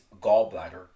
gallbladder